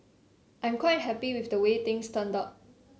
I'm quite happy with the way things turned out